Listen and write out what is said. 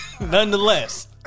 Nonetheless